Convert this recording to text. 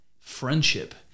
friendship